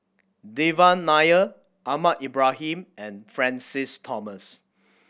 Devan Nair Ahmad Ibrahim and Francis Thomas